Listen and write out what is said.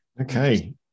Okay